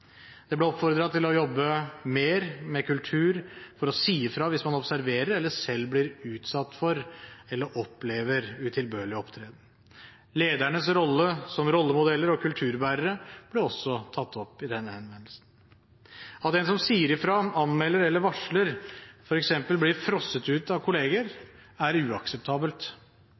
Det ble oppfordret til å jobbe mer med kultur for å si fra hvis man observerer eller selv blir utsatt for eller opplever utilbørlig opptreden. Ledernes rolle som rollemodeller og kulturbærere ble også tatt opp i denne henvendelsen. At den som sier fra, anmelder eller varsler, f.eks. blir frosset ut av kollegaer, er uakseptabelt.